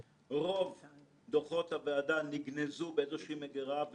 חקירה פרלמנטרית את הכלים כדי לפעול.